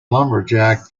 lumberjack